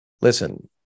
listen